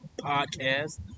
Podcast